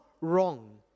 wrong